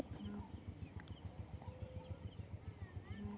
মানুষ যখন নিজের মতন ফলাফল চায়, তখন সে পশু দিয়ে প্রজনন করায়